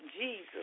Jesus